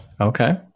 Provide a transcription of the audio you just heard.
Okay